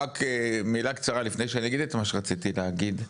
אומר מילה קצרה לפני שאגיד את מה שרציתי להגיד: